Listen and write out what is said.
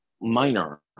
minor